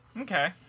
Okay